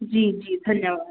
जी जी धन्यवाद